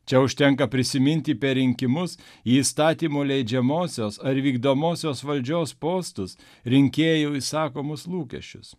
čia užtenka prisiminti per rinkimus į įstatymų leidžiamosios ar vykdomosios valdžios postus rinkėjų išsakomus lūkesčius